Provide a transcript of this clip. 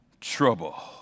trouble